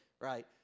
right